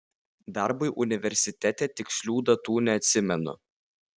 darbui universitete tikslių datų neatsimenu